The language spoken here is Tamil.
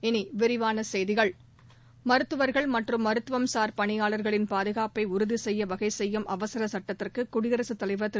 இனிவிரிவானசெய்திகள் மருத்துவர்கள் மற்றும் மருத்துவம்சார் பணியாளர்களின் பாதுகாப்பைஉறுதிசெய்யவகைசெய்யும் அவசரசட்டத்திற்குகுடியரசுத்தலைவர் திரு